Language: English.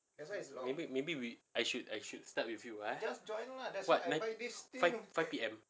maybe maybe we I should I should start with you ah what nine five five P_M